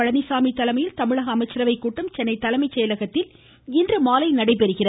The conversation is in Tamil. பழனிசாமி தலைமையில் தமிழக அமைச்சரவை கூட்டம் சென்னை தலைமை செயலகத்தில் இன்றுமாலை நடைபெறுகிறது